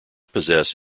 possess